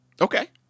Okay